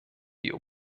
die